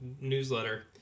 newsletter